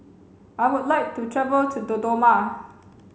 I would like to travel to Dodoma